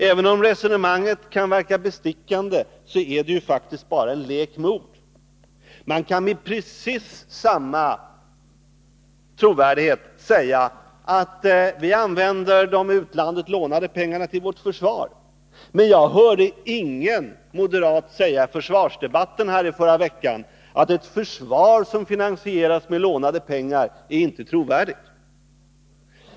Även om resonemanget kan verka bestickande är det faktiskt bara en lek med ord. Man kan med precis samma argumentering säga att vi använder de i utlandet lånade pengarna till vårt försvar, men jag hörde ingen moderat i försvarsdebatten förra veckan säga att ett försvar som finansieras med lånade pengar inte är trovärdigt.